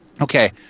Okay